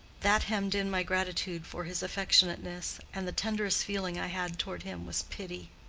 that hemmed in my gratitude for his affectionateness, and the tenderest feeling i had toward him was pity.